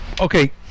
Okay